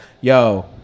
yo